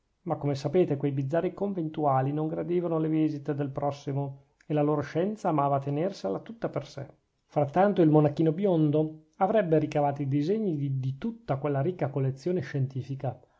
ma come sapete quei bizzarri conventuali non gradivano le visite del prossimo e la loro scienza amavano tenersela tutta per sè frattanto il monachino biondo avrebbe ricavati i disegni di tutta quella ricca collezione scientifica